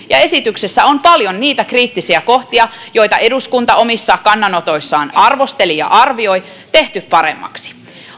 ja esityksessä on paljon niitä kriittisiä kohtia joita eduskunta omissa kannanotoissaan arvosteli ja arvioi tehty paremmaksi